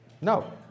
No